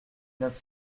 neuf